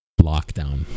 lockdown